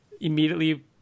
immediately